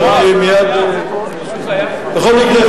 בכל מקרה,